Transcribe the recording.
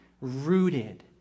rooted